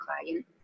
client